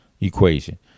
equation